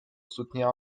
soutenir